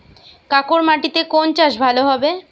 কাঁকর মাটিতে কোন চাষ ভালো হবে?